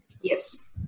Yes